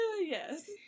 yes